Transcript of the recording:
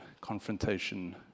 confrontation